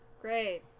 Great